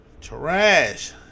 Trash